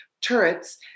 turrets